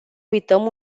uităm